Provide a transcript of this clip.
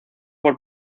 por